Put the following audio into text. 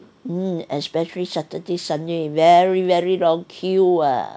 (mm)especially saturday sunday very very long queue ah